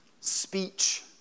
Speech